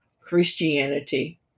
Christianity